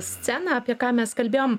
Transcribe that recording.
sceną apie ką mes kalbėjom